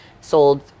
sold